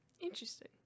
Interesting